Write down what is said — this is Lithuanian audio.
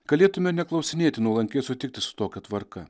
galėtume neklausinėti nuolankiai sutikti su tokia tvarka